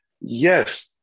Yes